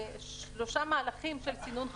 ושלושה מהלכים של סינון חלופות,